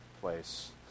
place